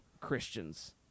Christians